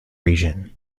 region